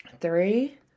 three